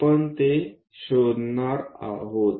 आपण ते शोधणार आहोत